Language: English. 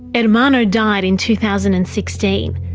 and ermanno died in two thousand and sixteen.